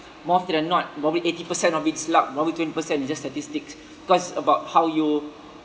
more often than not probably eighty percent of it is luck probably twenty percent is just statistics cause about how you